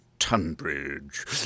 Tunbridge